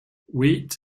weight